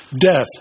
Death